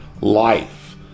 life